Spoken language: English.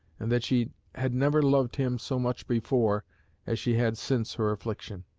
and that she had never loved him so much before as she had since her affliction.